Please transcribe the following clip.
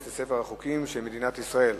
2010,